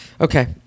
Okay